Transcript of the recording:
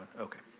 okay.